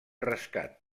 rescat